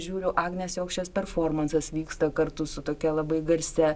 žiūriu agnės jokšės performansas vyksta kartu su tokia labai garsia